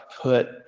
put